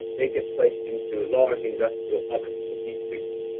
they get placed into large industrial ovens for heat treatment.